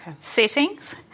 settings